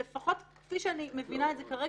כפי שאני מבינה את זה כרגע,